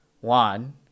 one